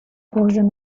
portion